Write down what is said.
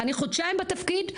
אני חודשיים בתפקיד,